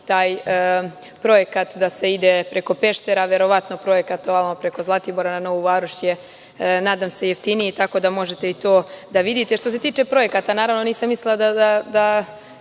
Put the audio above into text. taj projekat da se ide preko Peštera, verovatno je projekat preko Zlatibora, na Novu Varoš je, nadam se, jeftiniji, tako da možete i to da vidite. Što se tiče projekata, naravno, nisam mislila da